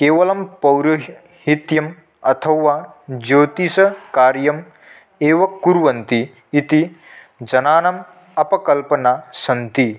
केवलं पौरोहित्यम् अथवा ज्योतिषकार्यं एव कुर्वन्ति इति जनानाम् अपकल्पनाः सन्ति